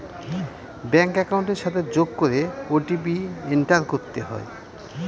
bank একাউন্টের সাথে যোগ করে ও.টি.পি এন্টার করতে হয়